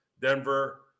Denver